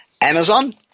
Amazon